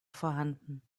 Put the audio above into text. vorhanden